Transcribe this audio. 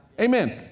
Amen